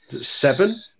Seven